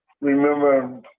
remember